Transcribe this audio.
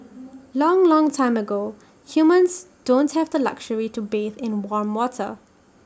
long long time ago humans don't have the luxury to bathe in warm water